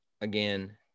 again